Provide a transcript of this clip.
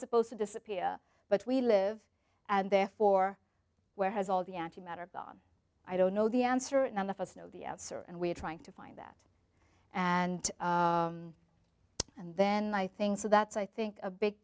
supposed to disappear but we live and therefore where has all the anti matter gone i don't know the answer and none of us know the answer and we're trying to find that and and then i think so that's i think a big